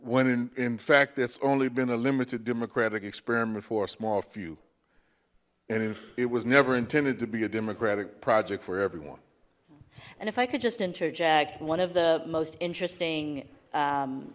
when in fact that's only been a limited democratic experiment for a small few and if it was never intended to be a democratic project for everyone and if i could just interject one of the most interesting